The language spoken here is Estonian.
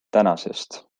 tänasest